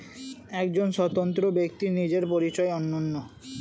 একজন স্বতন্ত্র ব্যক্তির নিজের পরিচয় অনন্য